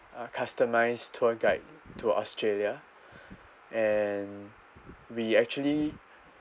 uh customised tour guide to australia and we actually